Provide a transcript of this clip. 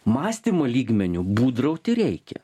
mąstymo lygmeniu būdrauti reikia